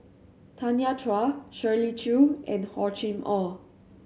Tanya Chua Shirley Chew and Hor Chim Or